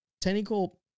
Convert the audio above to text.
technical